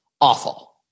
awful